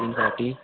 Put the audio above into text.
one thirty